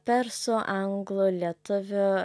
persų anglų lietuvių